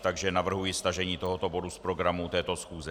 Takže navrhuji stažení tohoto bodu z programu této schůze.